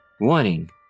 Warning